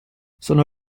sono